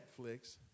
Netflix